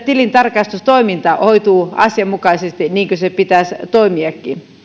tilintarkastustoiminta hoituu asianmukaisesti niin kuin sen pitäisi toimia